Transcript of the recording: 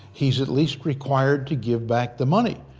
he's at least required to give back the money.